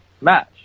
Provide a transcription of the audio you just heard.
match